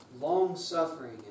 long-suffering